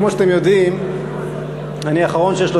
כי כמו שאתם יודעים אני האחרון שיש לו